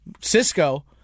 Cisco